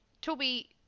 Toby